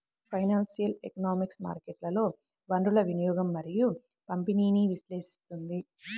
financial economics మార్కెట్లలో వనరుల వినియోగం మరియు పంపిణీని విశ్లేషిస్తుంది